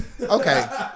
Okay